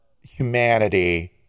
humanity